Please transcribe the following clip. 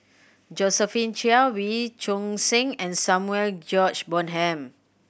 Josephine Chia Wee Choon Seng and Samuel George Bonham